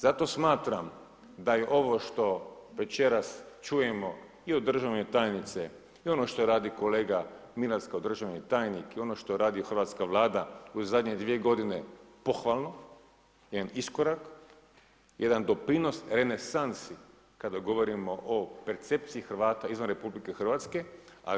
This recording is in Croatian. Zato smatram da je ovo što večeras čujemo i od državne tajnice i ono što radi kolega Milas kao državni tajnik, i ono što radi hrvatska Vlada u zadnje dvije godine pohvalno, jedan iskorak, jedan doprinos renesansi kada govorimo o percepciji Hrvata izvan Republike Hrvatske.